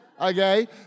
Okay